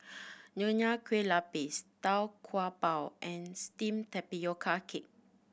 Nonya Kueh Lapis Tau Kwa Pau and steamed tapioca cake